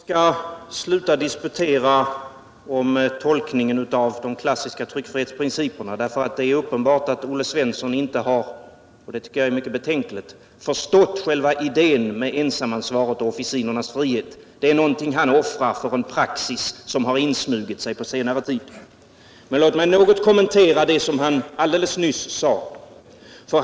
Herr talman! Jag skall sluta disputera om tolkningen av de klassiska tryckfrihetsprinciperna, därför att det är uppenbart att Olle Svensson — vilket jag tycker är mycket betänkligt — inte har förstått själva idén med ensamansvaret och officinernas frihet. Det är någonting han offrar för en praxis som har insmugit sig på senare tid. Men låt mig något kommentera det han nyss sade.